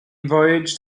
voyaged